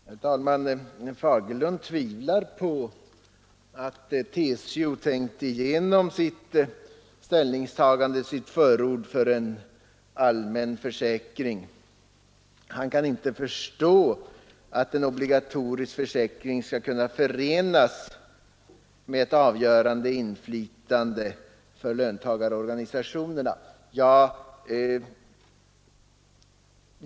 Herr talman! Herr Fagerlund tvivlar på att TCO tänkt igenom sitt ställningstagande och sitt förord för en allmän försäkring. Han kan inte förstå att en obligatorisk försäkring skall kunna förenas med ett avgörande inflytande för löntagarorganisationerna.